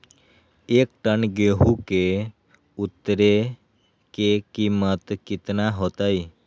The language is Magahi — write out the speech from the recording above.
एक टन गेंहू के उतरे के कीमत कितना होतई?